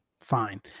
Fine